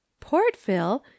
Portville